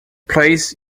plays